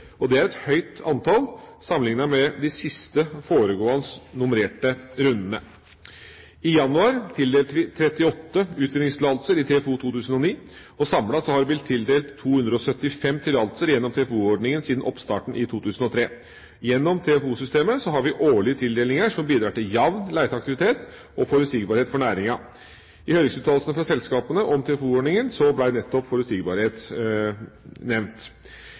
Det er et høyt antall sammenliknet med de siste foregående nummererte rundene. I januar tildelte vi 38 utvinningstillatelser i TFO 2009. Samlet har det blitt tildelt 275 tillatelser gjennom TFO-ordninga siden oppstarten i 2003. Gjennom TFO-systemet har vi årlige tildelinger som bidrar til jevn leteaktivitet og forutsigbarhet for næringa. I høringsuttalelsene fra selskapene om TFO-ordninga ble nettopp forutsigbarhet nevnt.